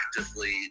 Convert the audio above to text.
actively